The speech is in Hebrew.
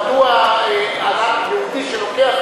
תתבייש לך,